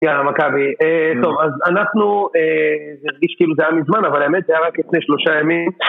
יאללה מכבי. טוב אז אנחנו, זה הרגיש כאילו זה היה מזמן אבל האמת זה היה רק לפני שלושה ימים